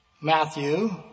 Matthew